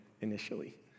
initially